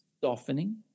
softening